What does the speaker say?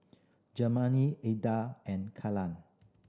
Germane Eda and